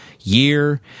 Year